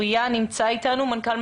נמצא אתנו אוריה?